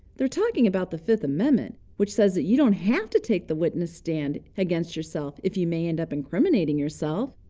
they're talking about the fifth amendment, which says that you don't have to take the witness stand against yourself if you may end up incriminating yourself.